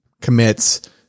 commits